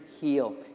heal